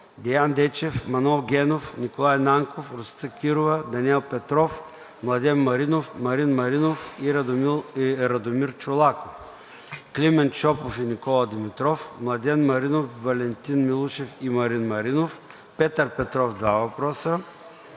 Деян Дечев; Манол Генов; Николай Нанков; Росица Кирова; Даниел Петров; Младен Маринов, Марин Маринов и Радомир Чолаков; Климент Шопов и Никола Димитров; Младен Маринов, Валентин Милушев и Марин Маринов; Петър Петров – два въпроса;